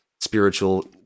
spiritual